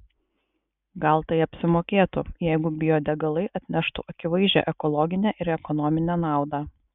gal tai apsimokėtų jeigu biodegalai atneštų akivaizdžią ekologinę ir ekonominę naudą